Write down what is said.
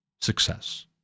success